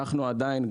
אנחנו מוכנים.